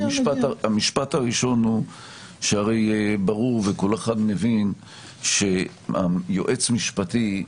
המשפט הראשון הוא שהרי ברור וכל אחד מבין שיועץ משפטי,